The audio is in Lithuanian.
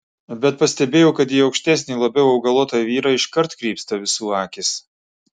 bet pastebėjau kad į aukštesnį labiau augalotą vyrą iškart krypsta visų akys